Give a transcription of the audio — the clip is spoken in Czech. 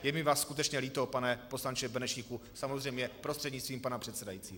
Je mi vás skutečně líto, pane poslanče Benešíku, samozřejmě prostřednictvím pana předsedajícího.